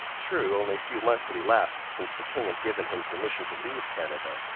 true, only a few months had elapsed since the king had given him permission to leave canada,